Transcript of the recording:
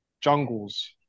jungles